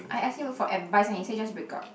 I ask him for advice and he say just break up